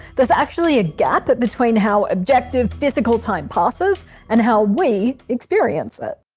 there's actually a gap but between how objective, physical time passes and how we experience it.